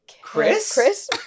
chris